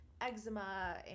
eczema